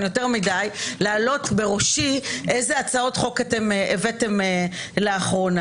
יותר מדי להעלות בראשי אילו הצעות חוק הבאתם לאחרונה.